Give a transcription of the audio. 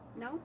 No